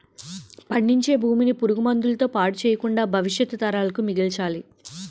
పండించే భూమిని పురుగు మందుల తో పాడు చెయ్యకుండా భవిష్యత్తు తరాలకు మిగల్చాలి